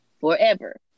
Forever